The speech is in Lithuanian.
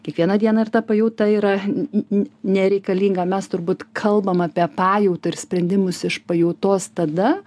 kiekvieną dieną ir ta pajauta yra nereikalinga mes turbūt kalbam apie pajautą ir sprendimus iš pajautos tada